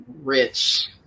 rich